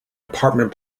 apartment